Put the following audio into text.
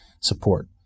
support